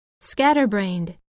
scatterbrained